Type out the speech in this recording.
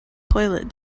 toilet